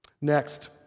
Next